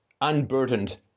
unburdened